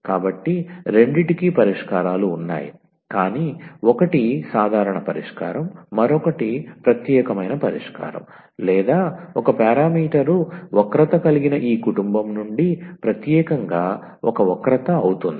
కాబట్టి రెండింటికి పరిష్కారాలు ఉన్నాయి కానీ ఒకటి సాధారణ పరిష్కారం మరొకటి ప్రత్యేకమైన పరిష్కారం లేదా ఒక పారామీటర్ వక్రత కలిగిన ఈ కుటుంబం నుండి ప్రత్యేకంగా ఒక వక్రత అవుతుంది